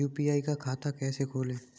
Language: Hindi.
यू.पी.आई का खाता कैसे खोलें?